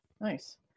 nice